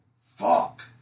Fuck